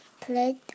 played